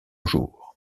jours